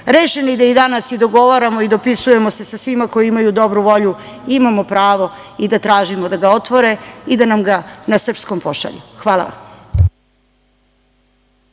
da i danas dogovaramo i dopisujemo se sa svima koji imaju dobru volju, imamo pravo i da tražimo da ga otvore i da nam ga na srpskom pošalju. Hvala vam.